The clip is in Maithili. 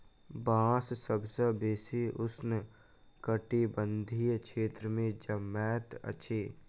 बांस सभ सॅ बेसी उष्ण कटिबंधीय क्षेत्र में जनमैत अछि